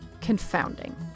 confounding